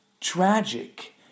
tragic